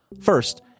First